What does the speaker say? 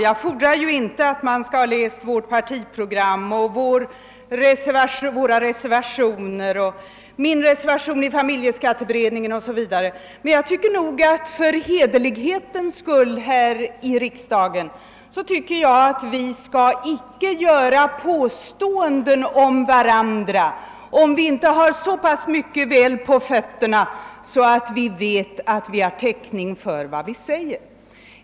Jag fordrar inte att man skall ha läst vårt partiprogram, min reservation i familjeskatteberedningen o.s.v. Men för hederlighetens skull tycker jag nog att vi icke här i riksdagen skall komma med påståenden om varandra, om vi inte har så pass mycket på fötterna att det finns täckning för vad vi säger.